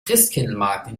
christkindlesmarkt